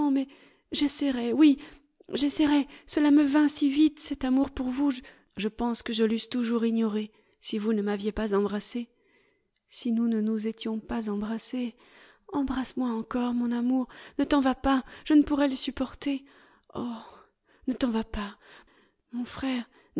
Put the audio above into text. j'essaierai oui j'essaierai cela me vint si vite cet amour pour vous je pense que je l'eusse toujours ignoré si vous ne m'aviez pas embrassée si nous ne nous étions pas embrassés embrasse-moi encore mon amour ne t'en va pas je ne pourrais le supporter oh ne t'en va pas mon frère